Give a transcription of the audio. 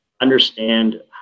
understand